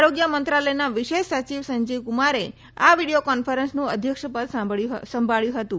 આરોગ્ય મંત્રાલયના વિશેષ સચિવ સંજીવકુમારે આ વીડિયો કોન્ફન્સનું અધ્યક્ષ પદ સંભાળ્યું હતું